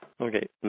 Okay